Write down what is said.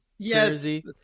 jersey